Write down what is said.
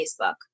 Facebook